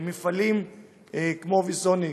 מפעלים כמו ויסוניק,